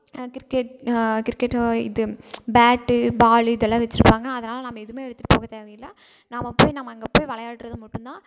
cricket cricket இது bat ball இதெல்லாம் வெச்சுருப்பாங்க அதனால் நம்ம எதுவுமே எடுத்துட்டு போக தேவை இல்லை நாம் போய் நம்ம அங்கே போய் விளையாட்றது மட்டும் தான்